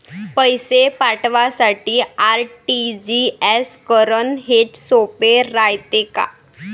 पैसे पाठवासाठी आर.टी.जी.एस करन हेच सोप रायते का?